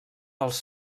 els